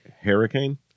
Hurricane